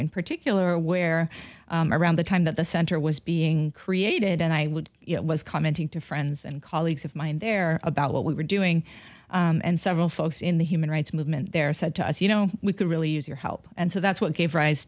in particular where around the time that the center was being created and i would you know was commenting to friends and colleagues of mine there about what we were doing and several folks in the human rights movement there said to us you know we could really use your help and so that's what gave rise